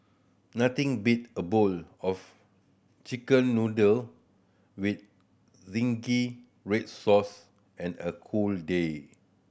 nothing beat a bowl of Chicken Noodle with zingy red sauce and a cold day